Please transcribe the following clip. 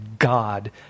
God